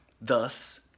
Thus